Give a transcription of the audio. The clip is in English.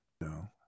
No